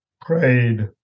prayed